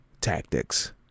tactics